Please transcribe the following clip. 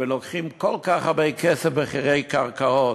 ולוקחים כל כך הרבה כסף במחירי קרקעות,